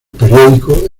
periódico